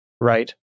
Right